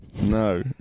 No